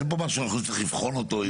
אין פה שאנחנו צריכות לבחון אותו.